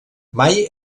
mai